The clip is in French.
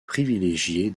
privilégiée